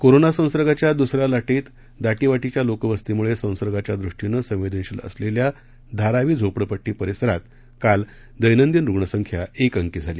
corona संसर्गाच्या दुसऱ्या लाटेत दाटीवाटीच्या लोकवस्तीमुळे संसर्गाच्यादृष्टीनं संवेदनशील असलेल्या धारावी झोपडपट्टी परिसरात काल दैनंदिन रुग्णसंख्या एक अंकी झाली